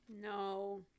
No